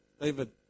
David